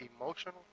emotional